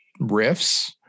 riffs